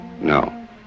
No